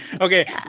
Okay